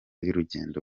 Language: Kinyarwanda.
y’urugendo